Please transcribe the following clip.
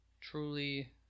truly